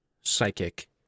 psychic